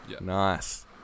nice